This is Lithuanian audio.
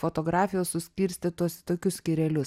fotografijos suskirstytos į tokius skyrelius